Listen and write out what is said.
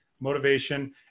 motivation